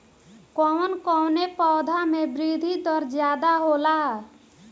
कवन कवने पौधा में वृद्धि दर ज्यादा होला?